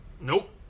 Nope